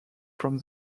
from